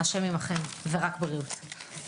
השם עמכם ורק בריאות.